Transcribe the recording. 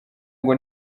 ngo